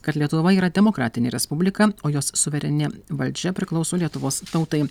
kad lietuva yra demokratinė respublika o jos suvereni valdžia priklauso lietuvos tautai